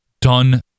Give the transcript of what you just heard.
done